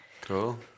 Cool